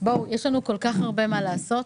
יש לנו כל כך הרבה מה לעשות.